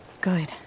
Good